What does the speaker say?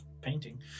painting